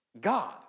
God